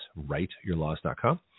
writeyourlaws.com